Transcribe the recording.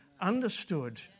understood